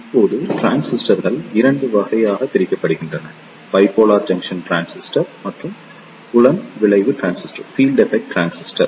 இப்போது டிரான்சிஸ்டர்கள் 2 வகைகளாக பிரிக்கப்பட்டுள்ளன பைபோலார் ஜங்ஷன் டிரான்சிஸ்டர் மற்றும் புலம் விளைவு டிரான்சிஸ்டர்